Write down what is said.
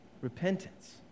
repentance